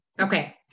Okay